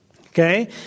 Okay